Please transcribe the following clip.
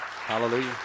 Hallelujah